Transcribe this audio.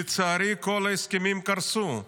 לצערי כל ההסכמים קרסו,